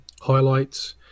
highlights